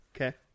okay